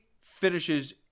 finishes